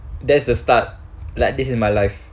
that's the start like this is my life